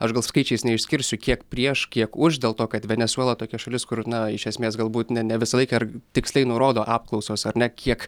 aš gal skaičiais neišskirsiu kiek prieš kiek už dėl to kad venesuela tokia šalis kur na iš esmės galbūt ne ne visą laiką ir tiksliai nurodo apklausos ar ne kiek